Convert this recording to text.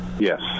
Yes